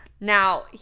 Now